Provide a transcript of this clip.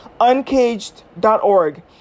uncaged.org